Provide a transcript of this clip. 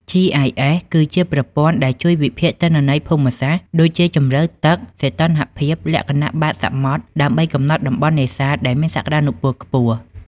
GIS គឺជាប្រព័ន្ធមួយដែលជួយវិភាគទិន្នន័យភូមិសាស្ត្រ ដូចជាជម្រៅទឹក សីតុណ្ហភាពទឹក លក្ខណៈបាតសមុទ្រ ដើម្បីកំណត់តំបន់នេសាទដែលមានសក្តានុពលខ្ពស់។